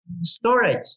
storage